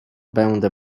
będę